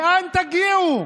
לאן תגיעו?